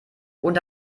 und